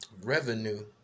revenue